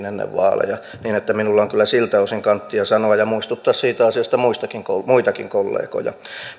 ennen vaaleja niin että minulla on kyllä siltä osin kanttia sanoa ja muistuttaa siitä asiasta muitakin kollegoja